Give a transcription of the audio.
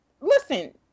listen